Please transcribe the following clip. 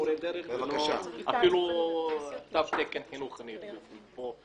למורה דרך ואפילו תו תקן חינוך אין בפנים.